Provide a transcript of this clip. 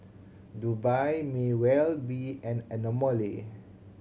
Dubai may well be an anomaly